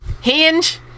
Hinge